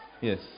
Yes